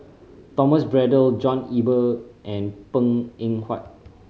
Thomas Braddell John Eber and Png Eng Huat